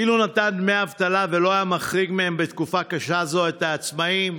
אילו נתן דמי אבטלה ולא היה מחריג מהם בתקופה קשה זו את העצמאים,